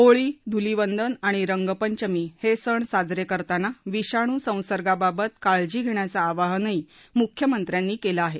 होळी धुलिवंदन आणि रंगपंचमी हे सण साजरे करताना विषाणू संसर्गाबाबत काळजी घेण्याचं आवाहनही मुख्यमंत्र्यांनी केलं आहे